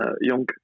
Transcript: Young